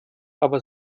aber